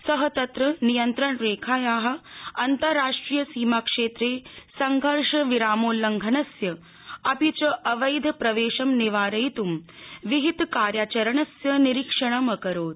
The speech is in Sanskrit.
सः तत्र नियंत्रण रेखायाः अन्ताराष्ट्रीय सीमाक्षेत्रे संघर्ष विरामोल्लंघस्य अपि च अवैध प्रवेशं निवारयित् विहित कार्याचरणस्य निरीक्षणं अकरोत्